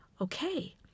Okay